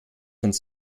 uns